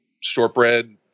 shortbread